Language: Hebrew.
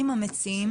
כאן.